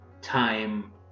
time